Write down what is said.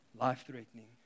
Life-threatening